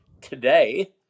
today